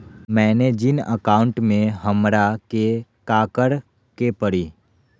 मैंने जिन अकाउंट में हमरा के काकड़ के परी?